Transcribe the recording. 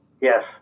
Yes